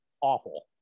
awful